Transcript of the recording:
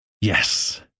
yes